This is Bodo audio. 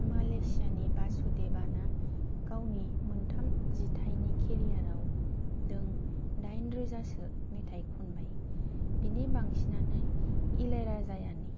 मालेशियानि बासुदेबाना गावनि मोनथाम जिथायनि केरियारआव दों दाइन रोजासो मेथाय खनबाय बिनि बांसिनानो इलैयाराजानि